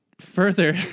further